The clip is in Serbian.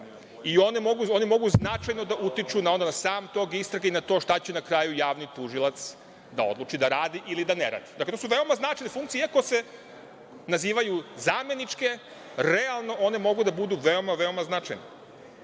i oni mogu značajno da utiču na sam tok istrage i na to šta će na kraju javni tužilac da odluči da radi ili da ne radi. Dobili su veoma značajne funkcije iako se nazivaju zameničke, realno one mogu da budu veoma, veoma značajne. Sad,